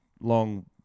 long